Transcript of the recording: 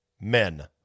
men